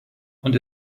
und